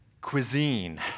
cuisine